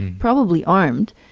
probably armed.